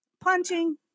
Punching